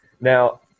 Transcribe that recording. Now